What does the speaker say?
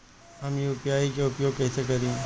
हम यू.पी.आई के उपयोग कइसे करी?